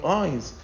eyes